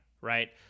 right